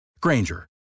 Granger